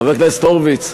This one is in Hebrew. חבר הכנסת הורוביץ,